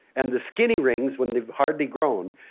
and the skinny rings when they've hardly grown,